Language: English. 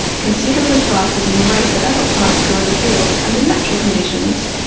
considerably faster than the rate that adult plants grew in the field under natural conditions.